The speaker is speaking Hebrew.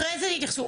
אחרי זה הם יתייחסו.